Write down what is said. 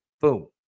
Boom